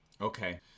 Okay